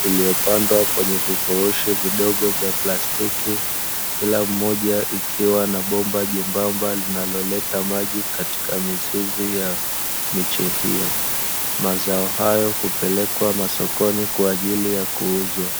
iliyopandwa kwenye vifurushi vidogo vya plastiki kila mmoja ukiwa na bomba jembamba linaloleta maji katika mizizi ya miche hiyo. Mazao hayo hupelekwa sokoni kwa ajili ya kuuzwa.